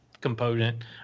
component